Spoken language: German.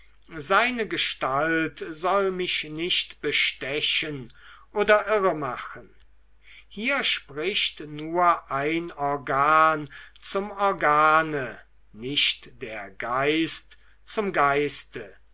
seine gestalt soll mich nicht bestechen oder irremachen hier spricht nur ein organ zum organe nicht der geist zum geiste